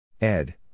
Ed